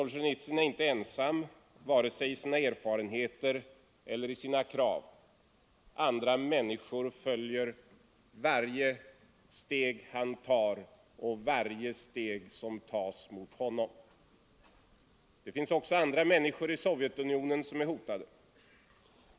Solzjenitsyn är inte ensam — vare sig i sina erfarenheter eller i sina krav. Andra människor följer varje steg han tar — och varje steg som tas mot honom. Det finns också andra människor i Sovjetunionen som är hotade.